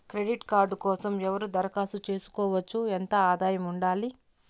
Credit card కోసం ఎవరు దరఖాస్తు చేసుకోవచ్చు? ఎంత ఆదాయం ఉండాలి?